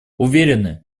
уверены